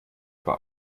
aber